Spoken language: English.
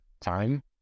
time